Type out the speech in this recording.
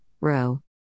row